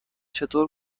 چطور